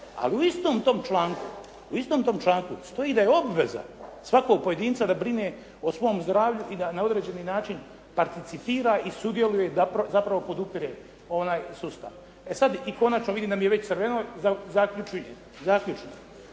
Ali u istom tom članku, u istom tom članku stoji da je obveza svakog pojedinca da brine o svom zdravlju i da na određeni način participira i sudjeluje, zapravo podupire onaj sustav. E sad i konačno vidim da mi je crveno. Zaključujem.